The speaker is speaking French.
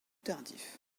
tardif